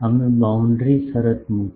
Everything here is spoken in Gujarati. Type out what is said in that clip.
અમે બાઉન્ડ્રી શરત મૂકી